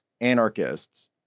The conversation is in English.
anarchists